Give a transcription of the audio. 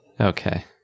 Okay